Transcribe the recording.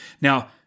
Now